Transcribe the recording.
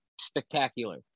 spectacular